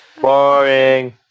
Boring